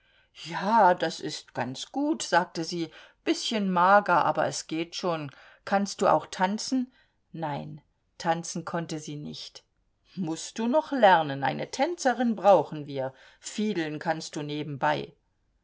ja das ist ganz gut sagte sie bißchen mager aber es geht schon kannst du auch tanzen nein tanzen konnte sie nicht mußt du noch lernen eine tänzerin brauchen wir fiedeln kannst du nebenbei